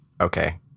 Okay